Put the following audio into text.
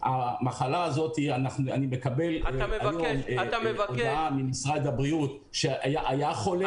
אני מקבל היום הודעה ממשרד הבריאות שהיה חולה,